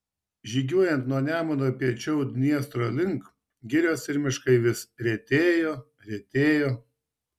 žygiuojant nuo nemuno piečiau dniestro link girios ir miškai vis retėjo retėjo